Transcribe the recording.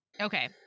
Okay